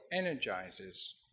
energizes